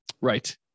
right